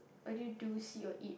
what do you do see or eat